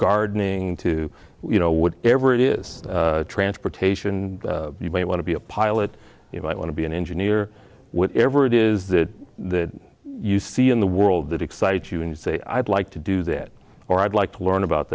gardening to you know what ever it is transportation you may want to be a pilot you might want to be an engineer whatever it is that you see in the world that excites you and say i'd like to do that or i'd like to learn about